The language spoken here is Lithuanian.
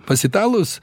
pas italus